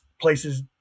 places